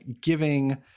giving